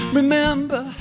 remember